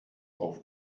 auf